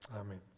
Amen